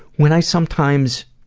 when i sometimes